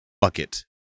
bucket